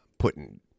putting